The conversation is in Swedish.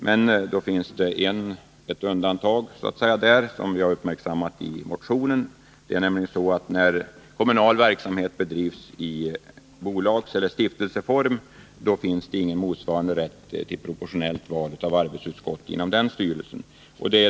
Men det finns ett undantag, som vi har uppmärksammat i motionen. När det gäller kommunal verksamhet som bedrivs i bolagseller stiftelseform finns ingen motsvarande rätt till proportionellt val av arbetsutskott inom styrelsen.